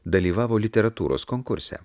dalyvavo literatūros konkurse